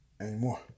anymore